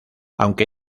aunque